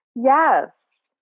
Yes